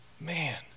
man